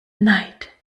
neid